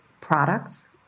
products